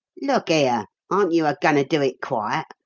look ere, aren't you a-goin' to do it quiet,